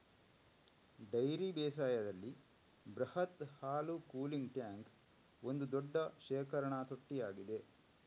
dairy ಬೇಸಾಯದಲ್ಲಿ ಬೃಹತ್ ಹಾಲು ಕೂಲಿಂಗ್ ಟ್ಯಾಂಕ್ ಒಂದು ದೊಡ್ಡ ಶೇಖರಣಾ ತೊಟ್ಟಿಯಾಗಿದೆ